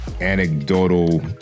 anecdotal